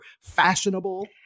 fashionable